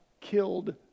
killed